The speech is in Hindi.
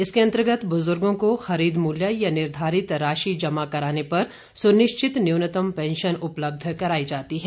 इसके अंतर्गत बुजुर्गों को खरीद मूल्य या निर्धारित राशि जमा कराने पर सुनिश्चित न्यूनतम पेंशन उपलब्ध कराई जाती है